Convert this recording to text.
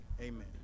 amen